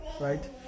Right